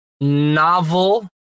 novel